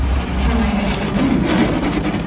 i could turn my extra room into a kid's room,